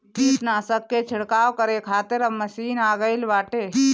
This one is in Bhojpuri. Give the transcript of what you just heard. कीटनाशक के छिड़काव करे खातिर अब मशीन आ गईल बाटे